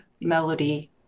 melody